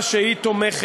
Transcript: לעובדה שהיא תומכת,